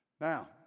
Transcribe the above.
now